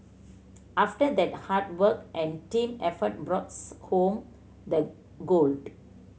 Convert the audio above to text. after that hard work and team effort brought home the gold